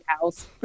house